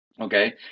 okay